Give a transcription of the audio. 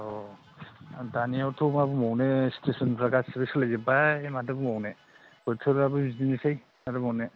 अ दानियावथ' मा बुंबावनो सिचुवेसनफ्रा गासैबो सोलायजोब्बाय माथो बुंबावनो बोथोराबो बिदिनोसै मा होनबावनो